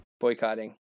boycotting